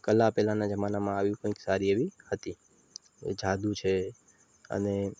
કલા પહેલાંના જમાનામાં આવી કંઈક સારી એવી હતી જાદુ છે અને